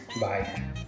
Bye